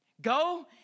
Go